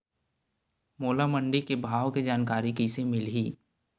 मोला मंडी के भाव के जानकारी कइसे मिलही?